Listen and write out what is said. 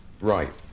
Right